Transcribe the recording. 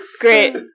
Great